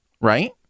right